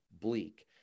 bleak